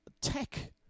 Tech